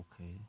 okay